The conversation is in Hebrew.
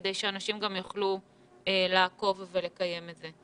כדי שאנשים גם יוכלו לעקוב ולקיים את זה.